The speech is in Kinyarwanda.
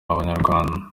abanyarwanda